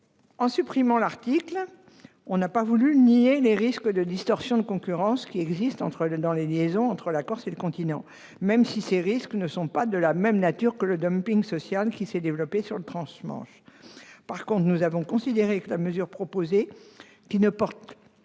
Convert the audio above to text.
En supprimant cet article, nous n'avons pas voulu nier les risques de distorsion de concurrence existant pour les liaisons entre la Corse et le continent, mais ceux-ci ne sont pas de même nature que le dumping social qui s'est développé sur le transmanche. Nous avons considéré que la mesure proposée, qui ne porte